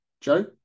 Joe